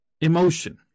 emotion